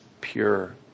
pure